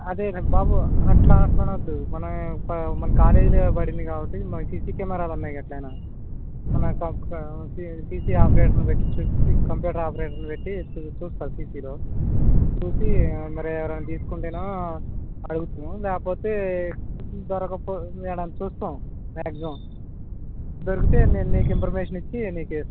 అదే నా బాబు అట్లా అట్లా ఆనవద్దు మనం మన కాలేజీలో పడింది కాబట్టి సిసీ కెమెరాాలు ఉన్నాయి అ ఎట్లనా మన క సిసీ ఆపరేటర్నిపెట్టి చూపించి కంప్యూటర్ ఆపరేటర్ని పెట్టి చూస్తాం సిసీలో చూసి మరి ఎవరన్నా తీసుకుంటే అడుగుతాం లేకపోతే దొరకపో ఏమని చూస్తాం మ్యాక్సిమమ్ దొరికితేే నేను నీకు ఇన్ఫర్మేషన్ ఇచ్చి నీకు